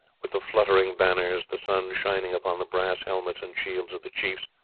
with the fluttering banners, the sun shining upon the brass helmets and shields of the chiefs,